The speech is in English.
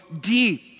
deep